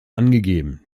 angegeben